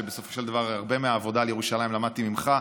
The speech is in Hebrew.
שבסופו של דבר הרבה מהעבודה על ירושלים למדתי ממך,